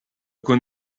con